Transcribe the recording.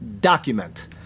document